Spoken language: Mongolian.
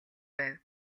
байв